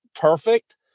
perfect